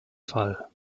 fall